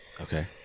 okay